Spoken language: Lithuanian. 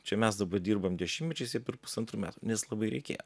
čia mes daba dirbam dešimtmečiais jie per pusantrų metų nes labai reikėjo